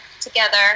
together